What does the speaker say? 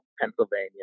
Pennsylvania